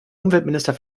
umweltminister